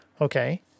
Okay